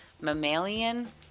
mammalian